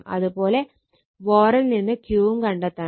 അതുപോലെ VAr ൽ നിന്ന് Q ഉം കണ്ടെത്തണം